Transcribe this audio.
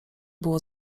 było